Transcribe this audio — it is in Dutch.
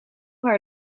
haar